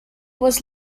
was